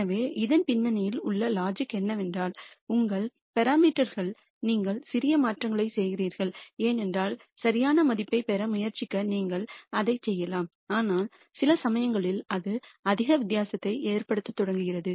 எனவே இதன் பின்னணியில் உள்ள லாஜிக் என்னவென்றால் உங்கள் பாராமீட்டர்களில் நீங்கள் சிறிய மாற்றங்களைச் செய்கிறீர்கள் என்றால் சரியான மதிப்பைப் பெற முயற்சிக்க நீங்கள் அதைச் செய்யலாம் ஆனால் சில சமயங்களில் அது அதிக வித்தியாசத்தை ஏற்படுத்தத் தொடங்குகிறது